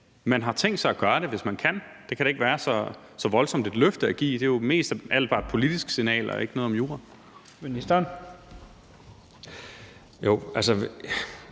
man har tænkt sig at gøre det, hvis man kan? Det kan da ikke være så voldsomt et løfte at give – det er jo mest af alt bare et politisk signal og ikke noget med jura. Kl.